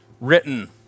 written